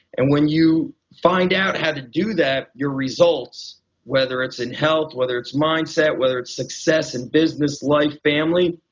and when you find out how to do that your results whether it's in health, whether it's mindset, whether it's success and business, life, family,